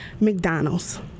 McDonald's